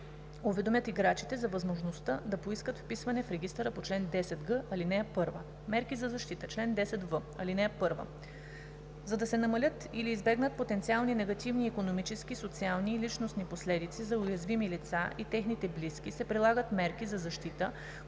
уведомят играчите за възможността да поискат вписване в регистъра по чл. 10г, ал. 1. Мерки за защита Чл. 10в. (1) За да се намалят или избегнат потенциални негативни икономически, социални и личностни последици за уязвими лица и техните близки, се прилагат мерки за защита,